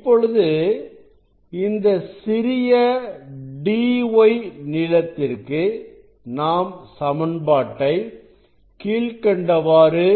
இப்பொழுது இந்த சிறிய dy நீளத்திற்கு நாம் சமன்பாட்டை கீழ்க்கண்டவாறு